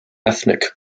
ethnic